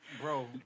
Bro